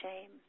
shame